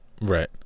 Right